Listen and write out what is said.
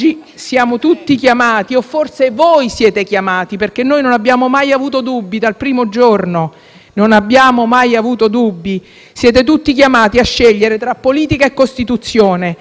non abbiamo mai avuto dubbi dal primo giorno - a scegliere tra politica e Costituzione, tra gli interessi di una maggioranza politica e la tutela dei diritti fondamentali garantiti dalla nostra Carta.